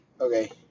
Okay